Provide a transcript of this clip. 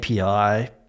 api